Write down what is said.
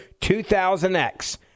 2000X